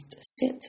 sit